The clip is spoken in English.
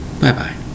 Bye-bye